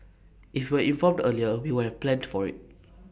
if we informed earlier we would planned for IT